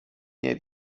nie